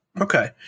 Okay